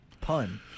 Pun